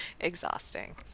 exhausting